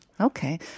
Okay